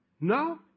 No